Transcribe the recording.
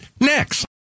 next